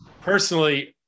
personally